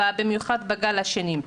במיוחד בגל השני.